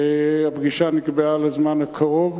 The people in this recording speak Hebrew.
פגישה נקבעה לזמן הקרוב.